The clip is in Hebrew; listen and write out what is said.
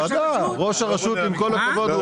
עם כל הכבוד,